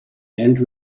and